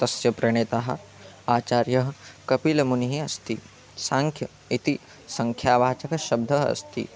तस्य प्रणेता आचार्यः कपिलमुनिः अस्ति साङ्ख्य इति सङ्ख्यावाचकः शब्दः अस्ति